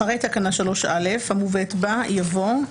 אחרי תקנה 3א המובאת בה יבוא: